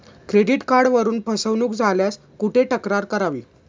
Credit कार्डवरून फसवणूक झाल्यास कुठे तक्रार करावी?